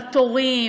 התורים,